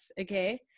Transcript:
okay